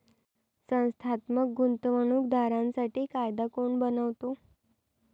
संस्थात्मक गुंतवणूक दारांसाठी कायदा कोण बनवतो?